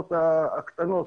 והמכללות הקטנות.